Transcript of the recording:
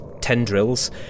tendrils